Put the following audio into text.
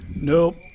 Nope